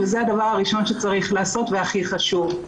וזה הדבר הראשון שצריך לעשות והכי חשוב.